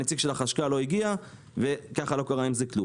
נציג החשכ"ל לא הגיע ולא קרה עם זה דבר.